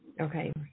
Okay